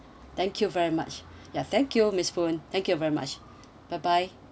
thank you very much ya thank you miss koon thank you very much bye bye